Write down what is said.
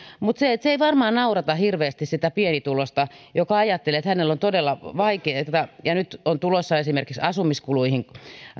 mutta se ei varmaan naurata hirveästi sitä pienituloista joka ajattelee että hänellä on todella vaikeata nyt kun on tulossa esimerkiksi asumiskuluihin